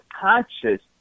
conscious